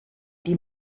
die